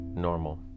normal